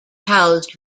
housed